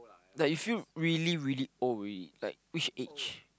like you feel really really old already like which age